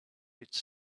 its